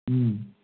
ꯎꯝ